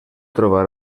trobar